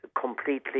completely